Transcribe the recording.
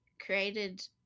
created